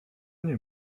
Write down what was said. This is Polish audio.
nie